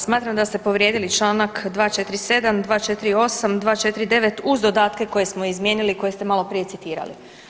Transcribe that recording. Smatram da ste povrijedili Članak 247., 248., 249. uz dodatke koje smo izmijenili i koje ste maloprije citirali.